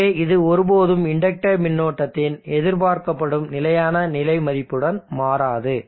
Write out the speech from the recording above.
எனவே இது ஒரு போதும் இண்டக்டர் மின்னோட்டத்தின் எதிர்பார்க்கப்படும் நிலையான நிலை மதிப்புடன் மாறாது